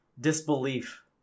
disbelief